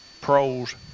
pros